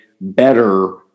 better